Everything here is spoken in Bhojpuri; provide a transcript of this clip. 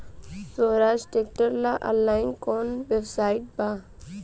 सोहराज ट्रैक्टर ला ऑनलाइन कोउन वेबसाइट बा?